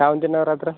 काय म्हणती नवरात्र